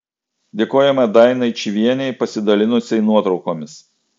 dėkojame dainai čyvienei pasidalinusiai nuotraukomis